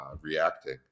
reacting